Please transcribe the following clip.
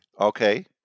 okay